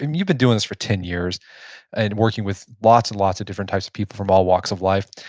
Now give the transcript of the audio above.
and you've been doing this for ten years and working with lots and lots of different types of people from all walks of life.